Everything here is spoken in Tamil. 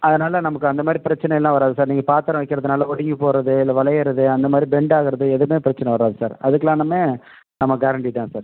அதனால் நமக்கு அந்தமாதிரி பிரச்சனைலாம் வராது சார் நீங்கள் பாத்திரம் வக்கிறதனால ஒடுங்கி போகிறது இல்லை வளைகிறது அந்தமாதிரி பெண்ட் ஆகுறது எதுவுமே பிரச்சனை வராது சார் அதுக்குலானுமே நம்ம கேரண்டி தான் சார்